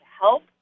help